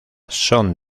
son